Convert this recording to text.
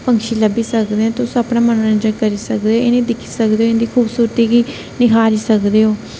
पक्षी लब्भी सकदे ना तुस अपना मनोरंजन करी सकदे इनेंगी दिक्खी सकदे ओ इंदी खूबसूरती गी निहारी सकदे ओ